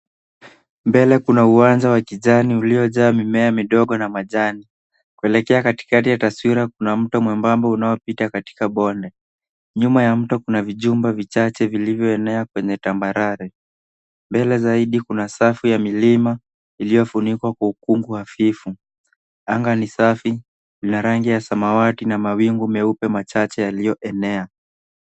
Mbele kuna uwanja wa kijani uliojaa mimea midogo na majani. Kuelekea katikati ya taswira kuna mto mwembamba unaopita katika bonde. Nyuma ya mto kuna vijumba vichache vilivyoenea kwenye tambarare. Mbele zaidi kuna safu ya milima iliyofunikwa kwa ukungu hafifu. Anga ni safi la rangi ya samawati na mawingu meupe machache yaliyoenea.